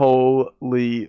Holy